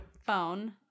phone